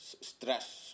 stress